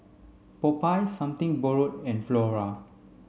Popeyes Something Borrowed and Flora